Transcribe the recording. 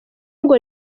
ngo